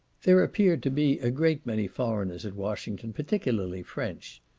there appeared to be a great many foreigners at washington, particularly french.